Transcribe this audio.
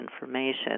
information